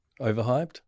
overhyped